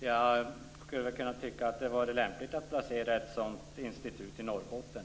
Jag tycker att det vore lämpligt att placera ett sådant institut i Norrbotten.